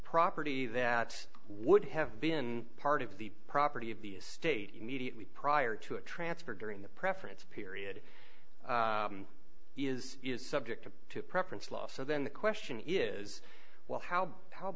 property that would have been part of the property of the estate immediately prior to a transfer during the preference period is is subject to preference law so then the question is well how how